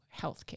healthcare